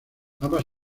ambas